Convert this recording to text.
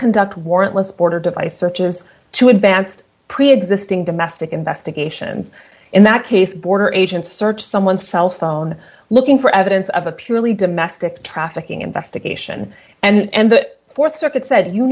warrantless border device searches to advanced preexisting domestic investigations in that case border agents search someone's cell phone looking for evidence of a purely domestic trafficking investigation and the th circuit said you